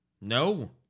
no